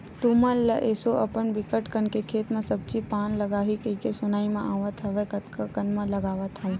तुमन ल एसो अपन बिकट कन खेत म सब्जी पान लगाही कहिके सुनाई म आवत हवय कतका कन म लगावत हव?